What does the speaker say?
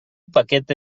paquete